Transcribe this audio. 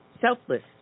selfless